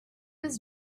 was